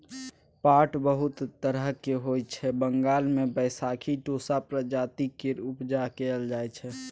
पाट बहुत तरहक होइ छै बंगाल मे बैशाखी टोसा प्रजाति केर उपजा कएल जाइ छै